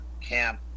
camp